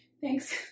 Thanks